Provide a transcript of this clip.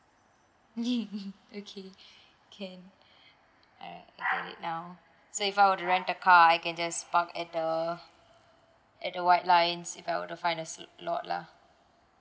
okay can alright clear it now so if I were to rent a car I can just park at the at the white line if I were to find a slot lah